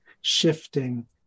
shifting